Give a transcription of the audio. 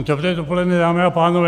Dobré dopoledne, dámy a pánové.